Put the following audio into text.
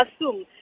assume